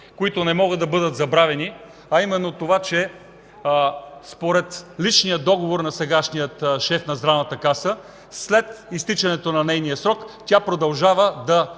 които не могат да бъдат забравени, а именно това, че според личния договор на сегашния шеф на Здравната каса, след изтичането на нейния срок тя продължава